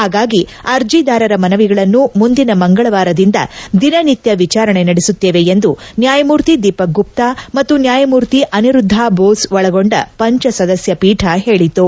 ಹಾಗಾಗಿ ಅರ್ಜಿದಾರರ ಮನವಿಗಳನ್ನು ಮುಂದಿನ ಮಂಗಳವಾರದಿಂದ ದಿನ ನಿತ್ಯ ವಿಚಾರಣೆ ನಡೆಸುತ್ತೇವೆ ಎಂದು ನ್ಯಾಯಮೂರ್ತಿ ದೀಪಕ್ ಗುಪ್ತಾ ಮತ್ತು ನ್ಯಾಯಮೂರ್ತಿ ಅನಿರುದ್ಧಾ ಬೋಸ್ ಒಳಗೊಂಡ ಪಂಜಸದಸ್ತ ಪೀಠ ಹೇಳಿತು